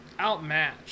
outmatched